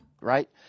Right